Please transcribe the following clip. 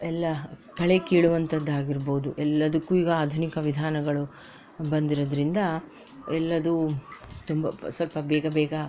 ಎಲ್ಲ ಕಳೆ ಕೀಳುವಂಥದ್ದಾಗಿರ್ಬೋದು ಎಲ್ಲದಕ್ಕೂ ಈಗ ಆಧುನಿಕ ವಿಧಾನಗಳು ಬಂದಿರೋದ್ರಿಂದ ಎಲ್ಲದೂ ತುಂಬ ಸ್ವಲ್ಪ ಬೇಗ ಬೇಗ